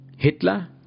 Hitler